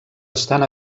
estan